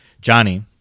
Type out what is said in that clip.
Johnny